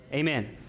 Amen